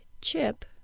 chip